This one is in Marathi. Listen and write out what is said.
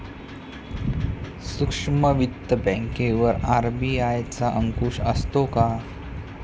सूक्ष्म वित्त बँकेवर आर.बी.आय चा अंकुश असतो का?